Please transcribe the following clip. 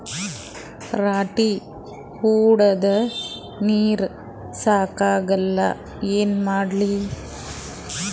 ರಾಟಿ ಹೊಡದ ನೀರ ಸಾಕಾಗಲ್ಲ ಏನ ಮಾಡ್ಲಿ?